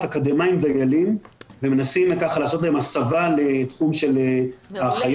אקדמאים דיילים ומנסים לעשות להם הסבה לתחום של אחיות.